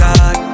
God